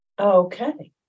Okay